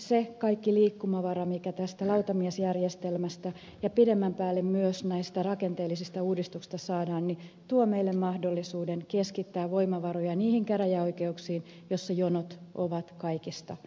se kaikki liikkumavara mikä tästä lautamiesjärjestelmästä ja pidemmän päälle myös näistä rakenteellisista uudistuksista saadaan tuo meille mahdollisuuden keskittää voimavaroja niihin käräjäoikeuksiin joissa jonot ovat kaikista pahimpia